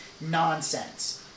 nonsense